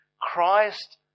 Christ